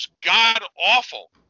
god-awful